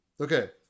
Okay